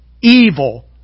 evil